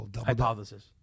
Hypothesis